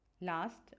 last